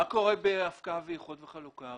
מה קורה בהפקעה באיחוד וחלוקה?